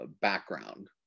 background